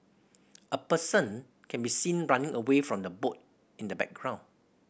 a person can be seen running away from the boat in the background